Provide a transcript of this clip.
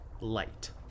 light